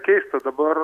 keista dabar